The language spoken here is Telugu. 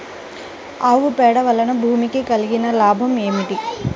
ఆవు పేడ వలన భూమికి కలిగిన లాభం ఏమిటి?